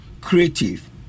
creative